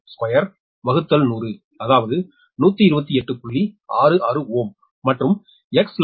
432100அதாவது 128